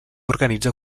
organitza